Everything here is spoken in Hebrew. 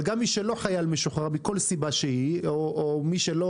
אבל גם מי שהוא לא חייל משוחרר או מי שלא